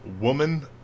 woman